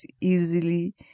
easily